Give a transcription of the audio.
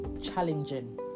challenging